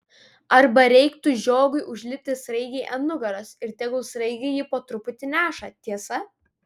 arba reiktų žiogui užlipti sraigei ant nugaros ir tegul sraigė jį po truputį neša tiesa